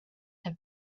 have